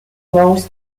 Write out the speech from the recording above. most